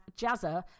Jazza